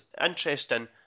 interesting